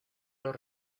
los